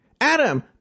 Adam